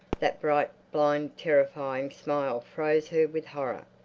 that bright, blind, terrifying smile froze her with horror.